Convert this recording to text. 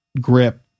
grip